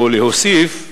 ולהוסיף,